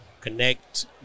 connect